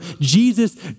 Jesus